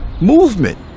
movement